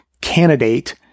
candidate